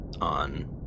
on